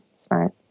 smart